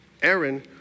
Aaron